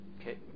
Okay